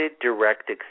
direct